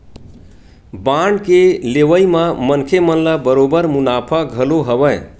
bond के लेवई म मनखे मन ल बरोबर मुनाफा घलो हवय